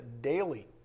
daily